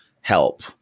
help